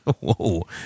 Whoa